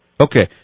Okay